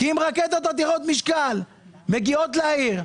כי אם רקטות עתירות משקל מגיעות לעיר,